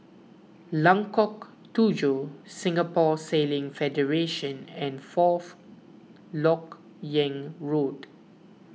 Lengkok Tujoh Singapore Sailing Federation and Fourth Lok Yang Road